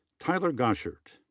tyler goshert.